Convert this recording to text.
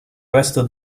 resto